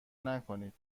نکنید